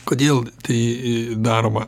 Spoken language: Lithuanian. kodėl tai daroma